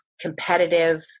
competitive